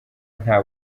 nta